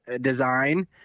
design